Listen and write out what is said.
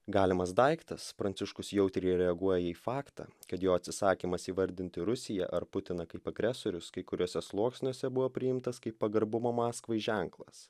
galimas daiktas pranciškus jautriai reaguoja į faktą kad jo atsisakymas įvardinti rusiją ar putiną kaip agresorius kai kuriuose sluoksniuose buvo priimtas kaip pagarbumo maskvai ženklas